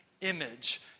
image